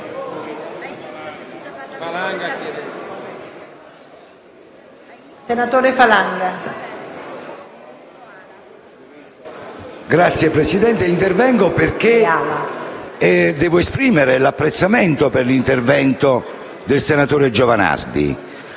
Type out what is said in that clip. Signora Presidente, intervengo per esprimere apprezzamento per l'intervento del senatore Giovanardi: